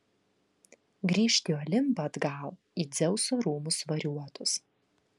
grįžt į olimpą atgal į dzeuso rūmus variuotus